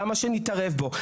למה שנתערב בו?